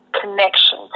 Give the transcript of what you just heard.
connection